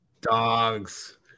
Dogs